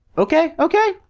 okay, okay,